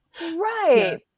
right